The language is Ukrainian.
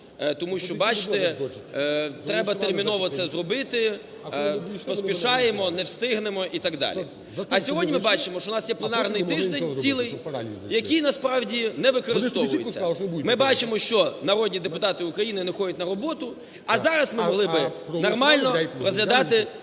тому що, бачите, треба терміново це зробити, поспішаємо, не встигнемо і так далі. А сьогодні ми бачимо, що у нас є пленарний тиждень цілий, який насправді не використовується. Ми бачимо, що народні депутати України не ходять на роботу, а зараз ми могли би нормально розглядати